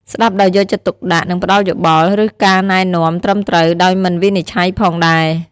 ស្ដាប់ដោយយកចិត្តទុកដាក់ និងផ្ដល់យោបល់ ឬការណែនាំត្រឹមត្រូវ ដោយមិនវិនិច្ឆ័យផងដែរ ។